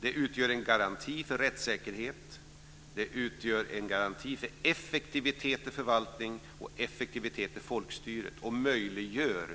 Den utgör en garanti för rättssäkerhet, den utgör en garanti för effektivitet i förvaltning och effektivitet i folkstyret och möjliggör